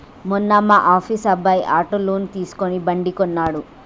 మొన్న మా ఆఫీస్ అబ్బాయి ఆటో లోన్ తీసుకుని బండి కొన్నడు